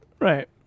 right